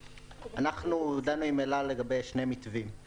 אנחנו דנו עם אל על לגבי שני מתווים.